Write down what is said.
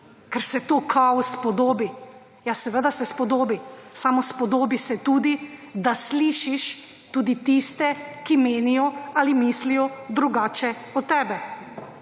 ker se to kao spodobi. Ja, seveda se spodobi, samo spodobi se tudi, da slišiš tudi tiste, ki menijo ali mislijo drugače od tebe.